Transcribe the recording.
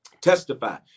testify